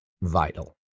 vital